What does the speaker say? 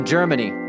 Germany